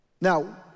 Now